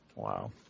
Wow